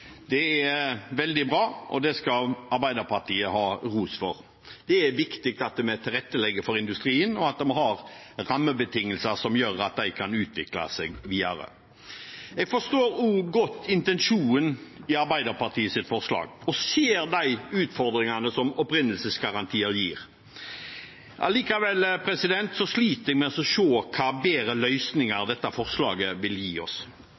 Det er veldig bra, og det skal Arbeiderpartiet ha ros for. Det er viktig at vi tilrettelegger for industrien, og at vi har rammebetingelser som gjør at den kan utvikle seg videre. Jeg forstår også godt intensjonen i Arbeiderpartiets forslag, og ser de utfordringer som opprinnelsesgarantier gir. Likevel sliter jeg med å se hvilke bedre løsninger dette forslaget vil gi oss.